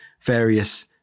various